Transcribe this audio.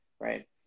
right